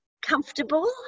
comfortable